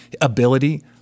ability